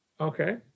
okay